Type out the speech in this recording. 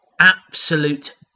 absolute